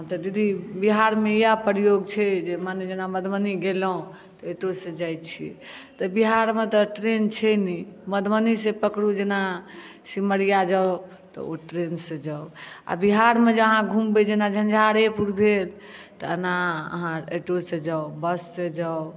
तऽ दीदी बिहार मे इएह प्रयोग छै जे माने जेना मधुबनी गेलहुॅं तऽ ऑटो सँ जाइ छी तऽ बिहार मे तऽ ट्रैन छै नहि मधुबनी से पकरू जेना सिमरिया जाउ तऽ ओ ट्रैनसे जाउ आ बिहारमे जे अहाँ घुमबै जेना झंझारेपुर भेल तऽ अना अहाँ ऑटो से जाउ बस से जाउ